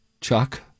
Chuck